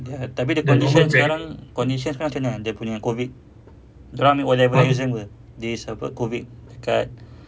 ya tapi the condition sekarang condition sekarang macam mana dia punya COVID dia orang ambil O level december apa this COVID kat